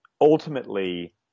ultimately